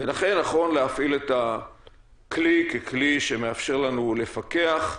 ולכן נכון להפעיל את הכלי ככלי שמאפשר לנו לפקח,